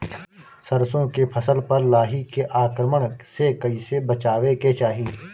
सरसो के फसल पर लाही के आक्रमण से कईसे बचावे के चाही?